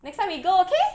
next time we go okay